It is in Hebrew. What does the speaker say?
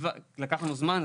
לקח לנו זמן,